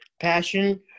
passion